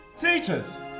teachers